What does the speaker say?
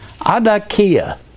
Adakia